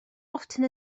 often